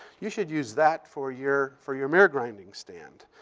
you should use that for your for your mirror-grinding stand.